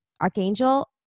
Archangel